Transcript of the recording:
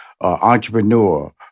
entrepreneur